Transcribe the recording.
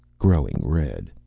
growing red.